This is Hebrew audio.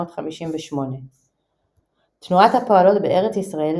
1958. תנועת הפועלות בארץ ישראל